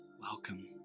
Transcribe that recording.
Welcome